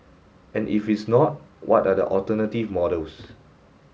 and if it's not what are the alternative models